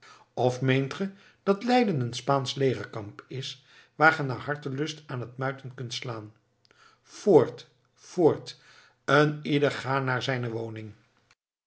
of meent ge dat leiden een spaansch legerkamp is waar ge naar hartelust aan het muiten kunt slaan voort voort een ieder ga naar zijne woning